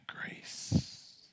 grace